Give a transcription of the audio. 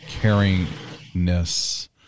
caringness